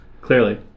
Clearly